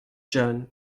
john